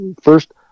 first